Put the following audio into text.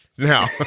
Now